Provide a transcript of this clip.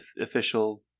official